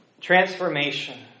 transformation